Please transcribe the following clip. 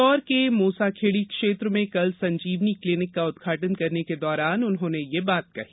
इंदौर के मूसाखेड़ी क्षेत्र में कल संजीवनी क्लीनिक का उद्घाटन करने के दौरान उन्होंने यह बात कही